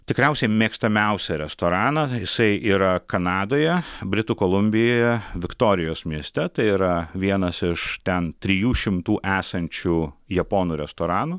tikriausiai mėgstamiausią restoraną jisai yra kanadoje britų kolumbijoje viktorijos mieste tai yra vienas iš ten trijų šimtų esančių japonų restoranų